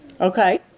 Okay